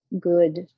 good